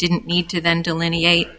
didn't need to then delineate